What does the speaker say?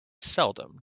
seldom